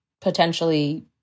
potentially